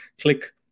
click